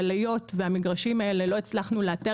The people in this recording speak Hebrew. היות ולא הצלחנו לאתר מגרשים כאלה,